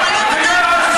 היושב-ראש,